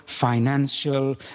financial